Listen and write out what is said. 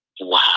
Wow